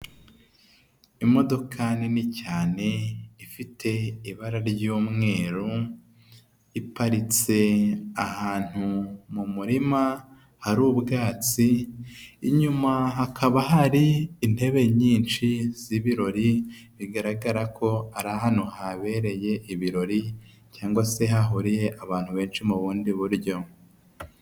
Imodoka nini cyane ifite ibara ry'umweru; iparitse ahantu mu murima hari ubwatsi; inyuma hakaba hari intebe nyinshi z'ibirori; bigaragara ko ari hantu habereye ibirori cyangwa se hahuriye abantu benshi mu bundi buryo.